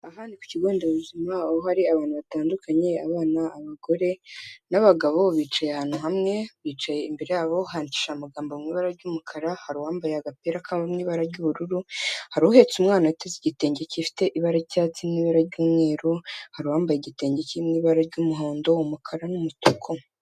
Aha ni ku kigo nderabuzima hari abantu batandukanye abana, abagore n'abagabo bicaye ahantu hamwe bicaye imbere yabo banisha amagambo mu ibara ry'umukara hari uwambaye agapira k'ibara ry'ubururu hari uhetse umwana uteze igitenge gifite ibara icyatsi n'ibara ry'umweru, hari uwambaye igitenge k'ibara ry'umuhondo, umukara n'umutuku.